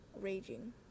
raging